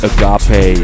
Agape